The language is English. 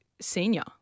senior